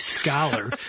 scholar